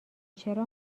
چرا